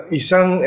isang